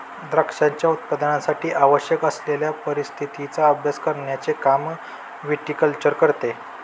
द्राक्षांच्या उत्पादनासाठी आवश्यक असलेल्या परिस्थितीचा अभ्यास करण्याचे काम विटीकल्चर करते